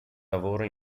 lavoro